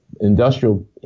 industrial